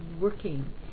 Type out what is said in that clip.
working